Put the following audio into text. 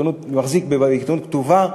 מחזיק בעיתונות כתובה,